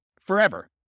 forever